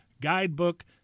guidebook